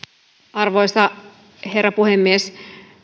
arvoisa herra puhemies